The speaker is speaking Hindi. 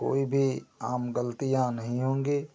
कोइ भी आम गल्तियां नहीं होंगी